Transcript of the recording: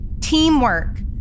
Teamwork